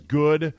good